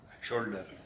shoulder